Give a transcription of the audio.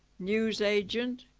newsagent,